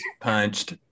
punched